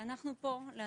אנחנו פה כדי